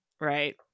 right